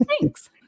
Thanks